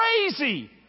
crazy